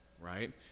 right